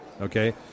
Okay